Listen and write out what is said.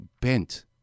bent